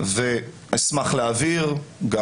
ואשמח להעביר גם